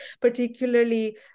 particularly